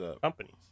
companies